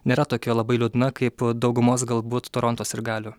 nėra tokia labai liūdna kaip daugumos galbūt toronto sirgalių